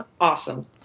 awesome